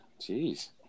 jeez